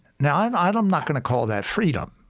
now, i'm not i'm not going to call that freedom,